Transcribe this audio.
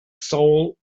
soul